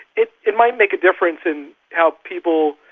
it it might make a difference in how people,